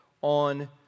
on